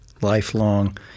lifelong